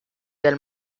del